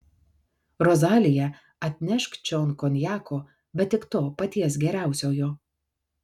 rozalija atnešk čion konjako bet tik to paties geriausiojo